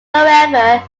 however